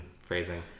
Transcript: phrasing